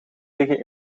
liggen